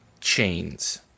chains